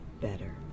better